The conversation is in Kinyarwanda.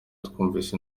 twumvise